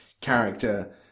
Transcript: character